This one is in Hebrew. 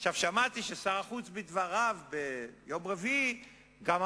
שמעתי ששר החוץ בדבריו ביום רביעי גם אמר: